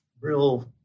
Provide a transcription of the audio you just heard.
real